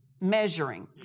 measuring